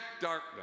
darkness